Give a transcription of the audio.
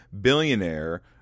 billionaire